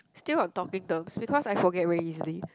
still on talking terms because I forget very easily